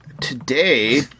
Today